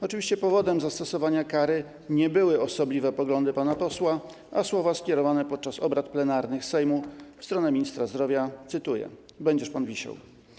Oczywiście powodem zastosowania kary nie były osobliwe poglądy pana posła, a słowa skierowane podczas obrad plenarnych Sejmu w stronę ministra zdrowia, cytuję: Będziesz pan wisiał.